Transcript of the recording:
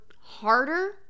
harder